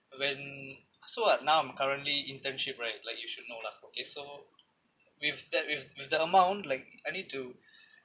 when so I'm now I'm currently internship right like you should know lah okay so with that with with the amount like I need to